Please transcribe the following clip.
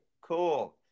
Cool